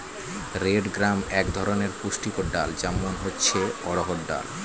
red gram এক ধরনের পুষ্টিকর ডাল, যেমন হচ্ছে অড়হর ডাল